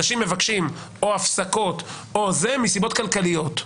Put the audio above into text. אנשים מבקשים הפסקות מסיבות כלכליות.